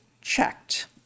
checked